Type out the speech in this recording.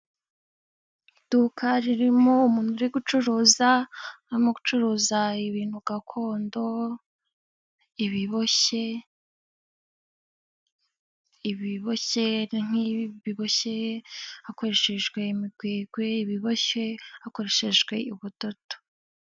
Iduka ririmo umuntu uri gucuruza, arimo gucuruza ibintu gakondo, ibiboshye, ibiboshye ni nk' biboshye hakoreshejwe imigwegwe, ibiboshye hakoreshejwe ubudodo.